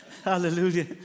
Hallelujah